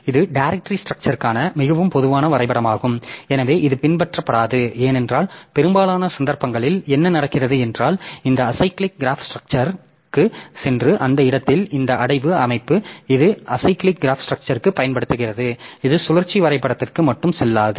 இது டைரக்ட்ரி ஸ்ட்ரக்சர்ற்கான மிகவும் பொதுவான வரைபடமாகும் எனவே இது பின்பற்றப்படாது ஏனென்றால் பெரும்பாலான சந்தர்ப்பங்களில் என்ன நடக்கிறது என்றால் இந்த அசைக்ளிக் க்ராப் ஸ்ட்ரக்சற்குச் சென்று அந்த இடத்தில் இந்த அடைவு அமைப்பு இது அசைக்ளிக் க்ராப் ஸ்ட்ரக்சற்கு பயன்படுத்துகிறது இது சுழற்சி வரைபடத்திற்கு மட்டும் செல்லாது